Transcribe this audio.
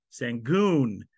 Sangoon